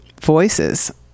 voices